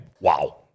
Wow